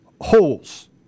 holes